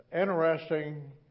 interesting